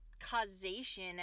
causation